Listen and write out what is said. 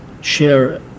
share